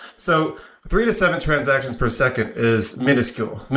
so three to seven transactions per second is miniscule.